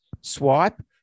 swipe